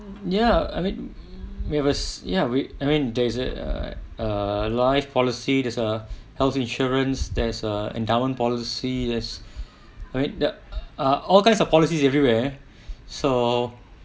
ya I mean we were ya we I mean there's a a life policy there's a health insurance there's a endowment policy there's I mean the uh all kinds of policies everywhere so